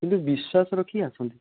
କିନ୍ତୁ ବିଶ୍ଵାସ ରଖିକି ଆସନ୍ତି